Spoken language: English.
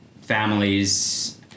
families